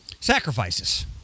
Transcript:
Sacrifices